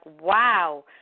wow